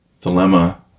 dilemma